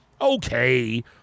Okay